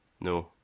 No